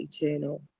eternal